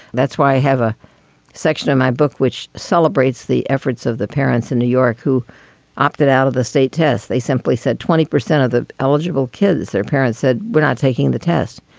that's why i have a section in my book which celebrates the efforts of the parents in new york who opted out of the state tests. they simply said twenty percent of the eligible kids, their parents said, we're not taking the test.